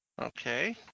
Okay